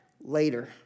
Later